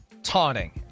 Taunting